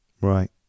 Right